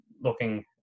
looking